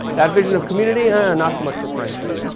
that vision of community? ah and not so much for franklin.